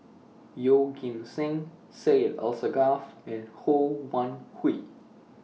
Yeoh Ghim Seng Syed Alsagoff and Ho Wan Hui